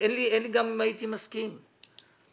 גם אם הייתי מסכים, אני לא יכול.